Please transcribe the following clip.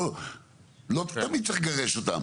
לא תמיד צריך לגרש אותם.